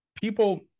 people